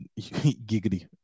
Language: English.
Giggity